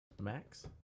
Max